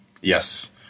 Yes